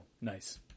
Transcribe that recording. nice